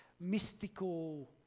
mystical